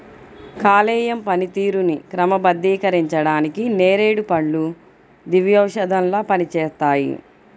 కాలేయం పనితీరుని క్రమబద్ధీకరించడానికి నేరేడు పండ్లు దివ్యౌషధంలా పనిచేస్తాయి